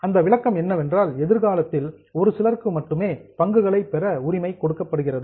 அதன் விளக்கம் என்னவென்றால் எதிர்காலத்தில் ஒரு சிலருக்கு மட்டுமே பங்குகளை பெற உரிமை கொடுக்கப்படுகிறது